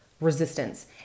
resistance